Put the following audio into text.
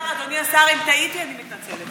אדוני השר, אם טעיתי אני מתנצלת.